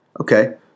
Okay